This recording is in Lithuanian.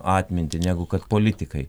atmintį negu kad politikai